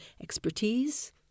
expertise